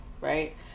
right